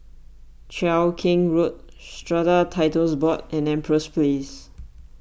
Cheow Keng Road Strata Titles Board and Empress Place